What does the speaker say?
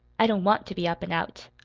i don't want to be up and out.